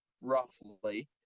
roughly